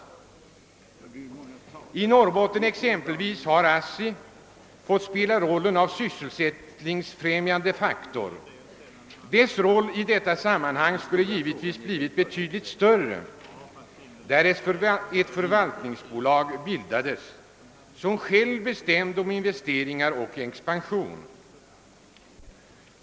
I Norrbotten har ASSI t.ex. fått spela rollen av sysselsättningsfrämjande faktor. Bolagets roll skulle naturligtvis ha blivit betydligt större om ett förvaltningsbolag bildats, som självt bestämde om investeringar och expansion.